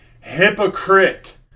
hypocrite